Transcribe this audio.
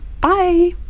Bye